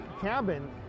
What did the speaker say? cabin